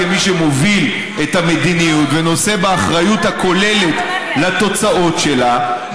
כמי שמוביל את המדיניות ונושא באחריות הכוללת לתוצאות שלה,